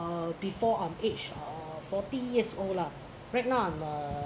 uh before I'm age uh forty years lah right now I'm a